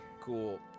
Cool